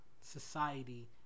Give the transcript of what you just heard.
society